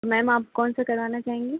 ma'am आप कौन सा करवाना चाहेंगी